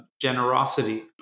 generosity